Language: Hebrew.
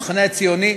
המחנה הציוני,